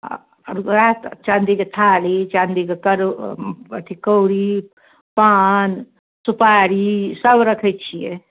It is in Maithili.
रुद्राक्ष चाँदीके थारी चाँदीके अथी कौड़ी पान सुपारी सब रखै छिए